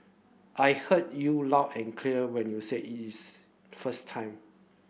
I heard you loud and clear when you said it is first time